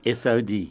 sod